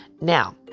Now